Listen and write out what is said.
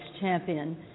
champion